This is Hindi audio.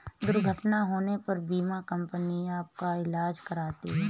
दुर्घटना होने पर बीमा कंपनी आपका ईलाज कराती है